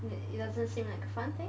it it doesn't seem like a fun thing